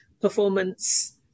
performance